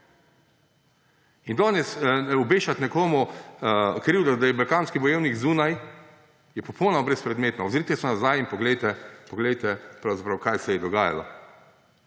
In danes obešati nekomu krivdo, da je balkanski bojevnik zunaj, je popolnoma brezpredmetno. Ozrite se nazaj in poglejte pravzaprav, kaj se je dogajalo.